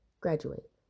graduate